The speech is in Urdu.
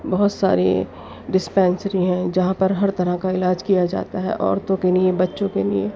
بہت ساریں ڈسپنسری ہیں جہاں پر ہر طرح کا علاج کیا جاتا ہے عورتوں کے لیے بچّوں کے لئیں